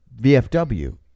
VFW